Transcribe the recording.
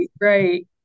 right